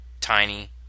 tiny